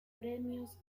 premios